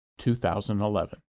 2011